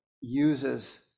uses